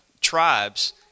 tribes